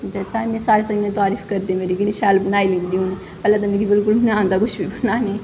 ते ताइयें मेरी सारे तारीफ करदे मेरी बड़े शैल बनांदी हून पैह्लें ते मिगी बिलकुल बी निं हा आंदा कुछ बी बनाने गी